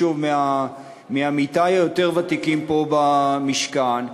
מעמיתי היותר-ותיקים פה במשכן,